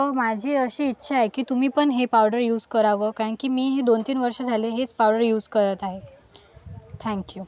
तर माझी अशी इच्छा आहे की तुम्ही पण हे पावडर यूज करावं कारण की मी हे दोन तीन वर्ष झाले हेच पावडर यूज करत आहे थँक यू